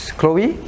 Chloe